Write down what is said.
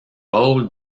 rôle